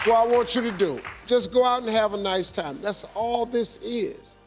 what i wantcha to do, just go out and have a nice time. that's all this is.